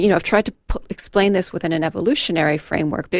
you know have tried to explain this with an an evolutionary framework. but